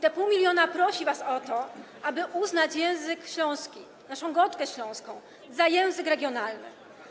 Te pół miliona prosi was o to, aby uznać język śląski, naszą godkę śląską za język regionalny.